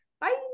Bye